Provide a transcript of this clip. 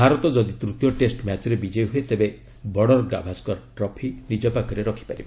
ଭାରତ ଯଦି ତୂତୀୟ ଟେଷ୍ଟ ମ୍ୟାଚ୍ରେ ବିଜୟୀ ହୁଏ ତେବେ ବର୍ଡ଼ର ଗାଭାଷ୍କର ଟ୍ରଫି ନିଜ ପାଖରେ ରଖିପାରିବ